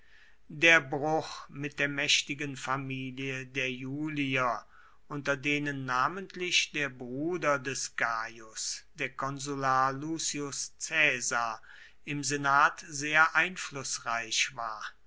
der bruch mit der mächtigen familie der iulier unter denen namentlich der bruder des gaius der konsular lucius caesar im senat sehr einflußreich war